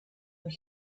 and